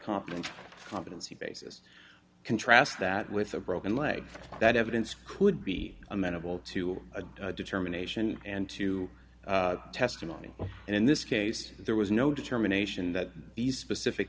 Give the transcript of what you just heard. competent competency basis contrast that with a broken leg that evidence could be amenable to a determination and to testimony and in this case there was no determination that these specific